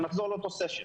ונחזור לאותו סשן.